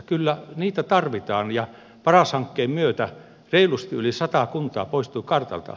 kyllä niitä tarvitaan ja paras hankkeen myötä reilusti yli sata kuntaa poistui kartalta